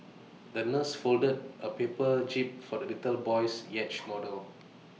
the nurse folded A paper jib for the little boy's yacht model